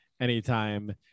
anytime